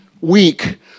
week